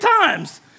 times